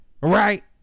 right